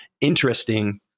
interesting